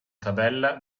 tabella